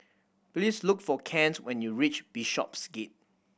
please look for Kent when you reach Bishopsgate